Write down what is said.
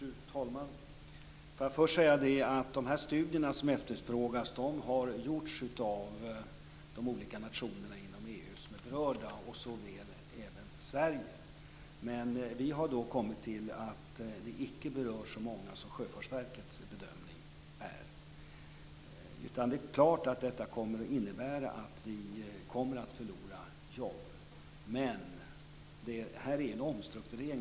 Fru talman! Låt mig först säga att de studier som efterfrågas har gjorts av de olika nationer inom EU som är berörda, även av Sverige. Vi har dock kommit fram till att det här icke berör så många som Sjöfartsverkets bedömning säger. Det är klart att detta kommer att innebära att vi förlorar jobb, men det här är en omstrukturering.